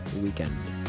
weekend